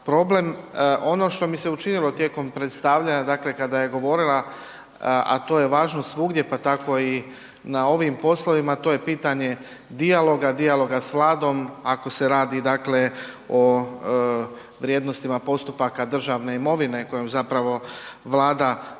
problem. Ono što mi se učinilo tijekom predstavljanja, dakle kada je govorila, a to je važno svugdje, pa tako i na ovim poslovima, a to je pitanje dijaloga, dijaloga s Vladom, ako se radi dakle o vrijednostima postupaka državne imovine kojom zapravo Vlada